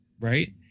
Right